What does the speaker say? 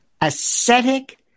ascetic